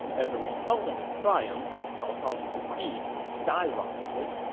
as a result of his triumph, cao cao's prestige skyrocketed.